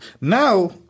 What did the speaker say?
Now